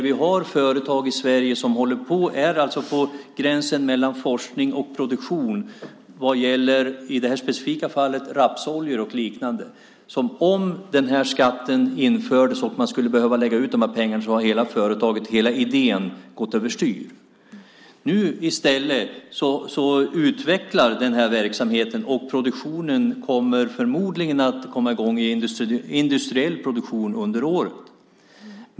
Vi har företag i Sverige som är på gränsen mellan forskning och produktion av rapsoljor och liknande. Om den här skatten infördes och man skulle behöva lägga ut pengarna skulle hela företaget, hela idén gå över styr. Nu utvecklar man i stället verksamheten, och industriell produktion kommer förmodligen att komma i gång under året.